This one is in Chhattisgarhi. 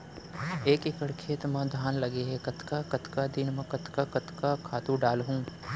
एक एकड़ खेत म धान लगे हे कतका कतका दिन म कतका कतका खातू डालहुँ?